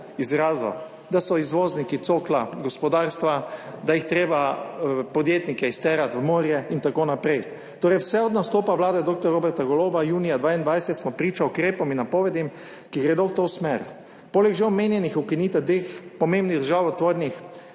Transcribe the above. izrazov, da so izvozniki cokla gospodarstva, da je treba podjetnike izterati v morje in tako naprej. Torej smo vse od nastopa vlade dr. Roberta Goloba, junija 2022, priča ukrepom in napovedim, ki gredo v to smer. Poleg že omenjenih ukinitev dveh pomembnih državotvornih